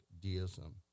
deism